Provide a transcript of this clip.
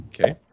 Okay